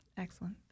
Excellent